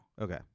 Okay